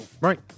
Right